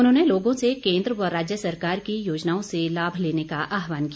उन्होंने लोगों से केन्द्र व राज्य सरकार की योजनाओं से लाभ लेने का आहवान किया